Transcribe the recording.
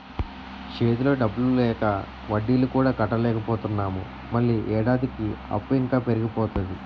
చేతిలో డబ్బు లేక వడ్డీలు కూడా కట్టలేకపోతున్నాము మళ్ళీ ఏడాదికి అప్పు ఇంకా పెరిగిపోతాది